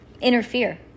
Interfere